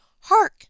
Hark